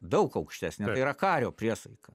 daug aukštesnė tai yra kario priesaika